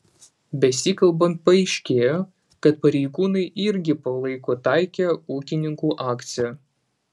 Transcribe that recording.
besikalbant paaiškėjo kad pareigūnai irgi palaiko taikią ūkininkų akciją